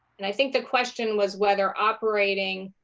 and i think the question was whether operating